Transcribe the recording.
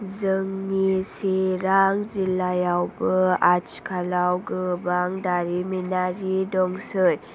जोंनि चिरां जिल्लायावबो आथिखालाव गोबां दारिमिनारि दंसै